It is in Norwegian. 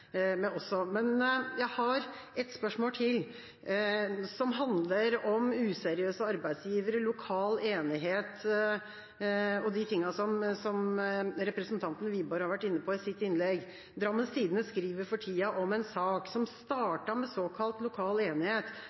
Men jeg har et spørsmål til, som handler om useriøse arbeidsgivere, lokal enighet og de tingene som representanten Wiborg har vært inne på i sitt innlegg. Drammens Tidende skriver for tiden om en sak som startet med såkalt lokal enighet,